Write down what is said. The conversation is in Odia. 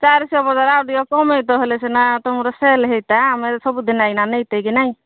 ଚାରି ଶହ ପରା ଆଉ ଟିକେ କମେଇ ତ ହେଲେ ସିନା ତୁମର ସେଲ୍ ହେଇଟା ଆମର ସବୁ ଦିନ ଏଇନା ନେଇ ତେଇ କି ନାଇ